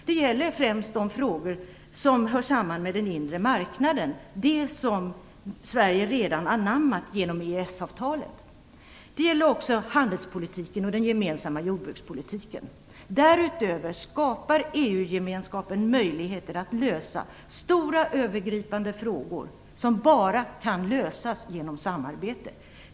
Det gäller främst de frågor som hör samman med den inre marknaden, något som Sverige redan anammat genom EES avtalet. Det gäller också handelspolitiken och den gemensamma jordbrukspolitiken. Därutöver skapar EU-gemenskapen möjligheter att lösa stora övergripande frågor som bara kan lösas genom samarbete.